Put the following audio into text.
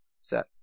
set